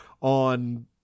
on